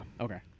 Okay